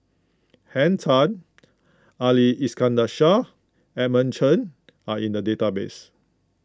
Henn Tan Ali Iskandar Shah Edmund Chen are in the database